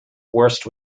worst